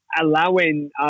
allowing